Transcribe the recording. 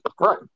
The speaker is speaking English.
Right